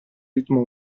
ritmo